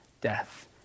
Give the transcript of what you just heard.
death